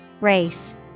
Race